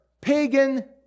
pagan